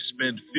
spend